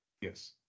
Yes